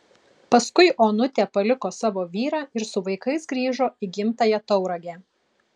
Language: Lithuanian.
paskui onutė paliko savo vyrą ir su vaikais grįžo į gimtąją tauragę